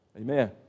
Amen